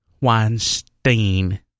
Weinstein